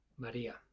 Maria